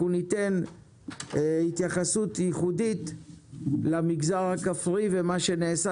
ניתן התייחסות ייחודית למגזר הכפרי ומה שנעשה